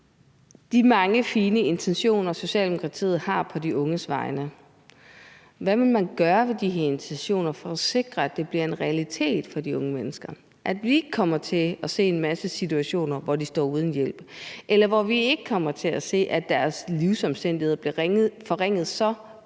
de mange fine intentioner, man har på de unges vegne, for at sikre, at de bliver en realitet for de unge mennesker, og at vi ikke kommer til at se en masse situationer, hvor de står uden hjælp, eller kommer til at se, at deres livsomstændigheder bliver forringet så